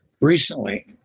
recently